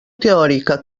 teòrica